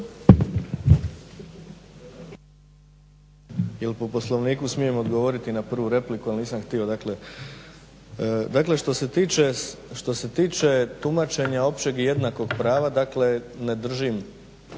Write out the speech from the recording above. jel po Poslovniku smijem odgovoriti na prvu repliku, ali nisam htio. Dakle što se tiče tumačenja općeg i jednakog prava, dakle ne držim